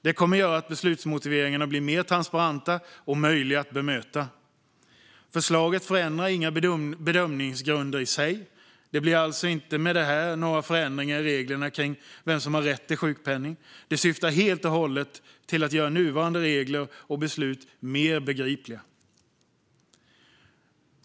Det kommer att göra att beslutsmotiveringarna blir mer transparenta och möjliga att bemöta. Förslaget förändrar inga bedömningsgrunder i sig. Det blir alltså inte med detta några förändringar i reglerna kring vem som har rätt till sjukpenning. Det syftar helt och hållet till att göra nuvarande regler och beslut mer begripliga.